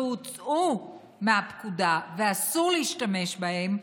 שהוצאו מהפקודה ושאסור להשתמש בהם,